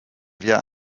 wir